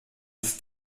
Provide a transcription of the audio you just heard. ist